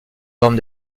forme